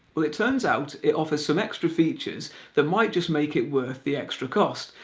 well it turns out it offers some extra features that might just make it worth the extra cost,